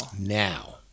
Now